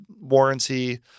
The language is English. warranty